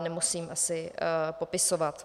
Nemusím asi popisovat.